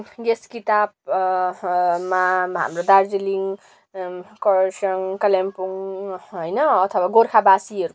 यस किताबमा मा हाम्रो दार्जिलिङ कर्सियङ कालिम्पोङ होइन अथवा गोर्खावासीहरूको